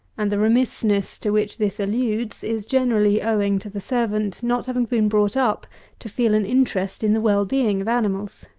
and the remissness to which this alludes, is generally owing to the servant not having been brought up to feel an interest in the well-being of animals.